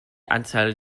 anzahl